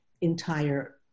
entire